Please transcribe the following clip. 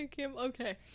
okay